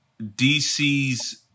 DC's